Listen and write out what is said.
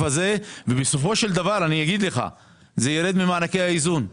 הזה ובסופו של דבר זה ירד ממענקי האיזון.